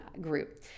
group